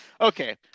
Okay